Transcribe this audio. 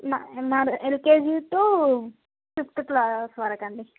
నాద్ మాది LKG to fifth class వరకు అండీ